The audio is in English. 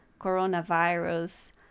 coronavirus